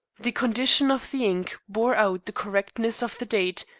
the condition of the ink bore out the correctness of the date,